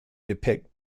depict